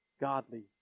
godly